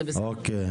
אוקיי.